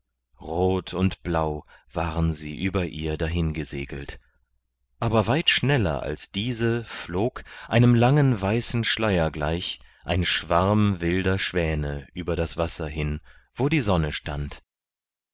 rot und blau waren sie über ihr dahin gesegelt aber weit schneller als diese flog einem langen weißen schleier gleich ein schwarm wilder schwäne über das wasser hin wo die sonne stand